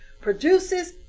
produces